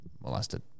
molested